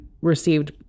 received